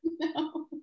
No